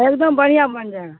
ایک دم بڑھیا بن جائے گا